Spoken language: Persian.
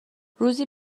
روزی